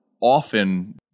often